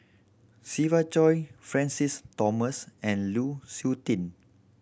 Siva Choy Francis Thomas and Lu Suitin